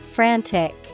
Frantic